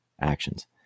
actions